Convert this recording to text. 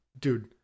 dude